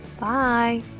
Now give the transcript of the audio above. Bye